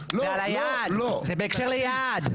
זה בהקשר ליעד.